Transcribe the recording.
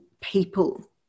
people